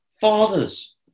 Fathers